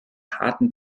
harten